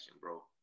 bro